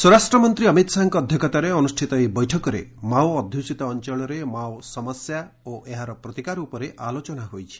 ସ୍ୱରାଷ୍ଟ୍ରମନ୍ତୀ ଅମିତ ଶାହାଙ୍କ ଅଧ୍ଘକ୍ଷତାରେ ଅନୁଷ୍ଠିତ ଏହି ବୈଠକରେ ମାଓ ଅଧ୍ଘୁଷିତ ଅଞ୍ଚଳରେ ମାଓ ସମସ୍ୟା ଓ ଏହାର ପ୍ରତିକାର ଉପରେ ଆଲୋଚନା ହୋଇଛି